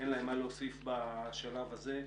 אין להם מה להוסיף בשלב הזה.